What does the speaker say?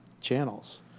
channels